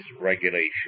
regulation